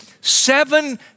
seven